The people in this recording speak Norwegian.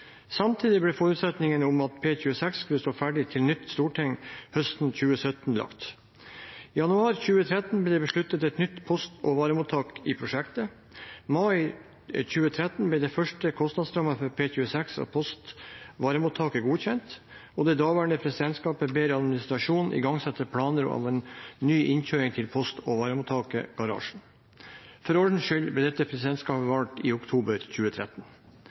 Samtidig ble forutsetningen om at P26 skulle stå ferdig til et nytt storting høsten 2017, lagt. I januar 2013 ble det tatt beslutning om et nytt post- og varemottak i prosjektet. I mai 2013 ble den første kostnadsrammen for P26 og post- og varemottaket godkjent, og det daværende presidentskapet ba administrasjonen igangsette planleggingen av en ny innkjøring til post- og varemottaket og garasjen. For ordens skyld: Dette presidentskapet ble valgt i oktober 2013.